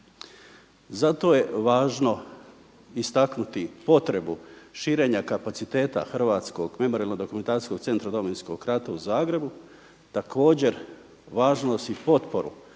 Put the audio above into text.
Zato je važno istaknuti potrebu širenja kapaciteta Hrvatskog memorijalno-dokumentacijskog centra Domovinskog rata u Zagrebu. Također važnost i potporu